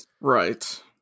Right